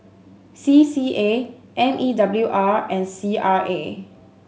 C C A M E W R and C R A